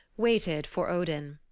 waited for odin.